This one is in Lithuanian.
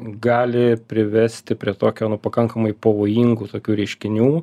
gali privesti prie tokio nu pakankamai pavojingų tokių reiškinių